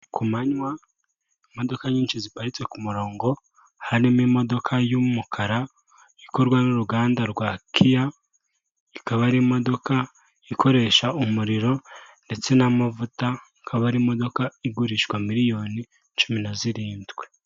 Ku manywa, imodoka nyinshi ziparitse ku murongo, harimo imodoka y'umukara ikorwa n'uruganda rwa Kiya, ikaba ari imodoka ikoresha umuriro ndetse n'amavuta, akaba ari imodoka igurishwa miliyoni cumi na zirindwi.